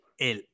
El